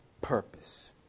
purpose